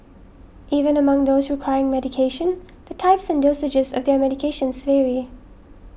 even among those requiring medication the types and dosages of their medications vary